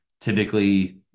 typically